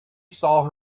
saw